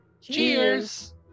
Cheers